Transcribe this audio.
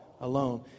alone